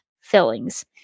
fillings